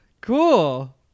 cool